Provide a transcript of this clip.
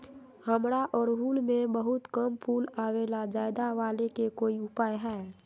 हमारा ओरहुल में बहुत कम फूल आवेला ज्यादा वाले के कोइ उपाय हैं?